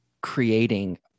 creating